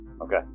Okay